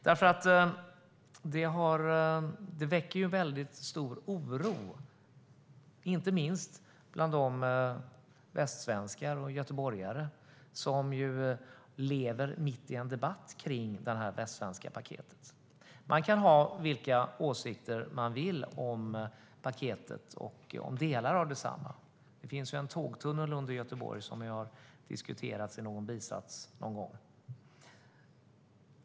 Detta väcker nämligen väldigt stor oro, inte minst bland de västsvenskar och göteborgare som lever mitt i en debatt kring Västsvenska paketet. Man kan ha vilka åsikter man vill om paketet och delar av detsamma. Det finns ju en tågtunnel under Göteborg som har diskuterats i någon bisats någon gång.